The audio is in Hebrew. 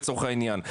לצורך העניין,